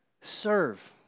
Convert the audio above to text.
serve